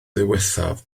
ddiwethaf